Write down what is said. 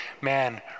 man